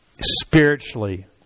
spiritually